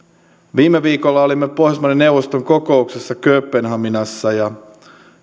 viime viikolla olimme pohjoismaiden neuvoston kokouksessa kööpenhaminassa ja